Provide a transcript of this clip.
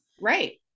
Right